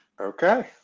Okay